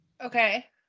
Okay